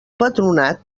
patronat